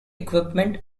equipment